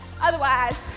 Otherwise